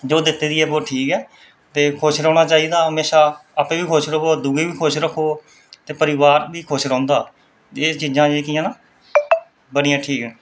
जो दित्ती दी ऐ वो ठीक ऐ ते खुश रौह्ना चाहिदा म्हेशां आपै बी खुश र'वो और दूए गी बी खुश रक्खो परोआर बी खुश रौंह्दा एह् चीजां जेह्कियां न बड़ियां ठीक न